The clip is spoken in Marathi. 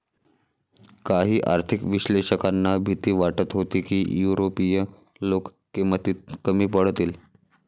काही आर्थिक विश्लेषकांना भीती वाटत होती की युरोपीय लोक किमतीत कमी पडतील